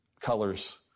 colors